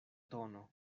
tono